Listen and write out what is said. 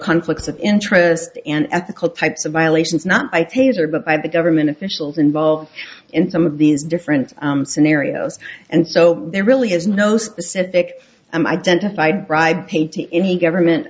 conflicts of interest and ethical types of violations not by theories or by the government officials involved in some of these different scenarios and so there really is no specific and identified bribe paid to any government